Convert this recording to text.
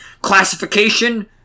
Classification